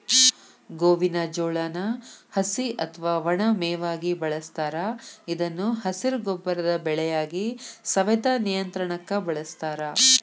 ಗೋವಿನ ಜೋಳಾನ ಹಸಿ ಅತ್ವಾ ಒಣ ಮೇವಾಗಿ ಬಳಸ್ತಾರ ಇದನ್ನು ಹಸಿರು ಗೊಬ್ಬರದ ಬೆಳೆಯಾಗಿ, ಸವೆತ ನಿಯಂತ್ರಣಕ್ಕ ಬಳಸ್ತಾರ